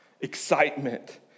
excitement